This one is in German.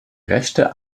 rechte